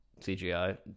CGI